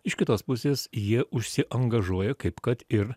iš kitos pusės jie užsiangažuoja kaip kad ir